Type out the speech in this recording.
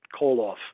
Koloff